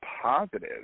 positive